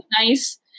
nice